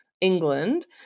England